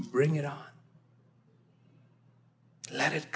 bring it on that i